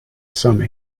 some